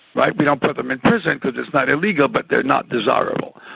right? we don't put them in prison because it's not illegal, but they're not desirable.